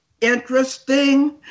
interesting